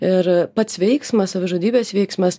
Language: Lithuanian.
ir pats veiksmas savižudybės veiksmas